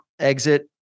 exit